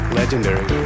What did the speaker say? legendary